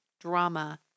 drama